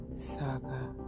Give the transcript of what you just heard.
saga